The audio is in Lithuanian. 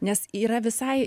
nes yra visai